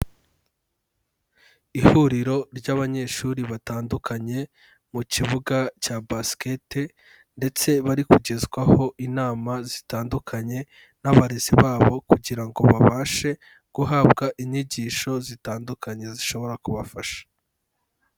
Ihuriro ry'abanyeshuri batandukanye mu kibuga cya Basket ndetse bari kugezwaho inama zitandukanye n'abarezi babo kugira ngo babashe guhabwa inyigisho zitandukanye zishobora kubafasha.